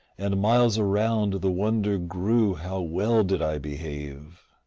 and miles around the wonder grew how well did i behave.